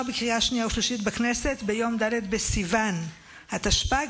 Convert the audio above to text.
בקריאה שנייה ושלישית בכנסת ביום ד' בסיוון התשפ"ג,